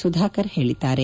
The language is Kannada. ಸುಧಾಕರ್ ಹೇಳಿದ್ದಾರೆ